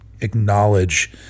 acknowledge